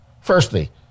Firstly